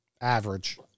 average